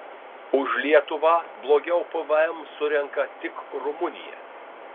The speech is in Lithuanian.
už lietuvą blogiau pvm surenka tik rumunija